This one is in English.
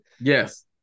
Yes